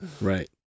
Right